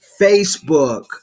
Facebook